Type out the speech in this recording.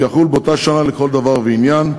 ויחול באותה שנה לכל דבר ועניין,